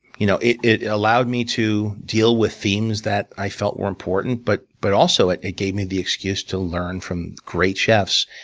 you know it it allowed me to deal with themes that i felt were important, but but also, it it gave me the excuse to learn from great chefs,